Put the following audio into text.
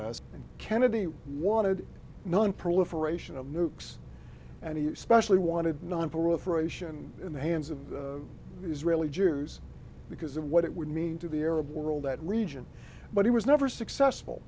reactor kennedy wanted nonproliferation of nukes and he especially wanted nonproliferation in the hands of israeli jews because of what it would mean to the arab world that region but he was never successful